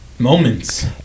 Moments